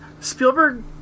Spielberg